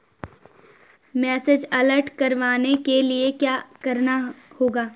Message alert करवाने के लिए क्या करना होगा?